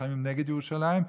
נלחמים נגד ירושלים,